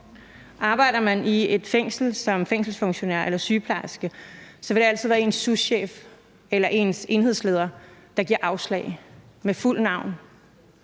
Arbejder man i et fængsel som fængselsfunktionær eller sygeplejerske, vil det altid være ens souschef eller ens enhedsleder, der giver afslag med fuldt navn.